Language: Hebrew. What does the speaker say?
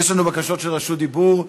יש לנו בקשות של רשות דיבור.